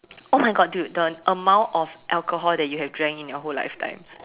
oh my God dude the amount of alcohol that you have drank in your whole lifetime